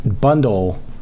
bundle